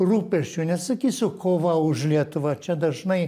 rūpesčiu nesakysiu kova už lietuvą čia dažnai